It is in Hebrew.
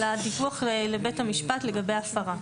על הדיווח לבית המשפט לגבי הפרה.